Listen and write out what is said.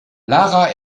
lara